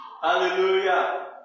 Hallelujah